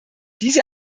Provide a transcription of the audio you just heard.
diese